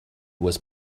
was